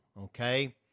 okay